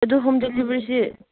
ꯑꯗꯨ ꯍꯣꯝ ꯗꯦꯂꯤꯕꯔꯤꯁꯤ